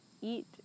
eat